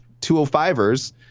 205ers